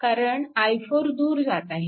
कारण i4 दूर जात आहे